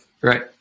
Right